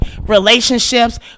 relationships